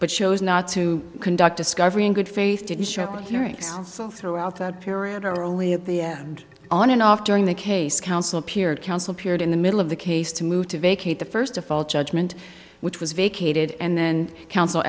but chose not to conduct discovery in good faith didn't show hearings also throughout that period are only at the end on and off during the case counsel appeared counsel appeared in the middle of the case to move to vacate the first of all judgement which was vacated and then counsel